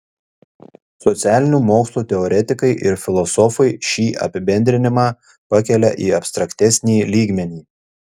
socialinių mokslų teoretikai ir filosofai šį apibendrinimą pakelia į abstraktesnį lygmenį